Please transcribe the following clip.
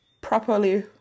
properly